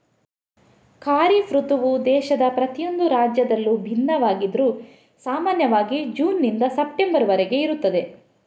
ಖಾರಿಫ್ ಋತುವು ದೇಶದ ಪ್ರತಿಯೊಂದು ರಾಜ್ಯದಲ್ಲೂ ಭಿನ್ನವಾಗಿದ್ರೂ ಸಾಮಾನ್ಯವಾಗಿ ಜೂನ್ ನಿಂದ ಸೆಪ್ಟೆಂಬರ್ ವರೆಗೆ ಇರುತ್ತದೆ